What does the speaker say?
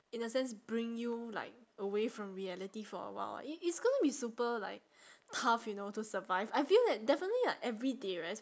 in a sense bring you like away from reality for awhile it it's gonna be super like tough you know to survive I feel that definitely like everyday right